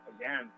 again